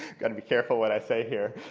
got to be careful what i say here.